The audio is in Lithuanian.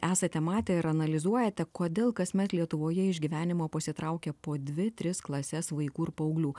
esate matę ir analizuojate kodėl kasmet lietuvoje iš gyvenimo pasitraukia po dvi tris klases vaikų ir paauglių